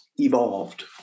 evolved